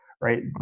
right